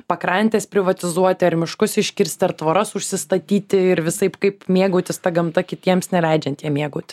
pakrantes privatizuoti ar miškus iškirsti ar tvoras užsistatyti ir visaip kaip mėgautis ta gamta kitiems neleidžiant ja mėgauti